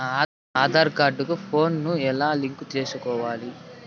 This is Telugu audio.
నా ఆధార్ కార్డు కు ఫోను ను ఎలా లింకు సేసుకోవాలి?